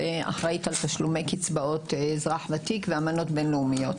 ואחראית על תשלומי קצבאות אזרח ותיק ואמנות בין לאומיות.